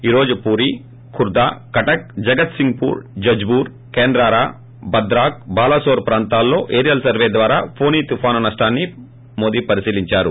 ఈ రోజు పూరి ఖుర్గా కటక్ జగత్సింగూర్ జజ్సార్ కేంద్రారా భద్రాక్ బాలసోర్ ప్రాంతాల్లో న్నార్ స్ట్రో ద్వారా హోని తుఫాను ైనష్టాన్ని పరిశీలించారు